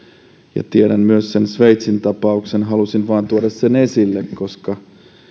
ja tiedän myös sen sveitsin tapauksen halusin vain tuoda sen esille koska